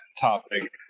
topic